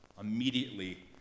Immediately